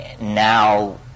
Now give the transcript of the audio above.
Now